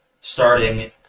starting